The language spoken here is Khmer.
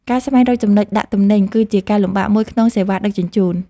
ការស្វែងរកចំណុចដាក់ទំនិញ គឺជាការលំបាកមួយក្នុងសេវាដឹកជញ្ជូន។